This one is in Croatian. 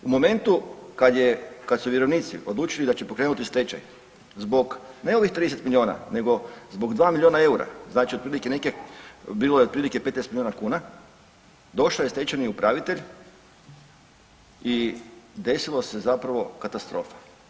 U momentu kad je, kad su vjerovnici odlučili da će pokrenuti stečaj zbog ne ovih 30 milijuna nego zbog 2 milijuna eura, znači otprilike … [[Govornik se ne razumije]] , bilo je otprilike 15 milijuna kuna, došao je stečajni upravitelj i desilo se zapravo katastrofa.